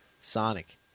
Sonic